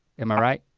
am i right?